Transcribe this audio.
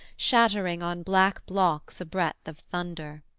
shattering on black blocks a breadth of thunder.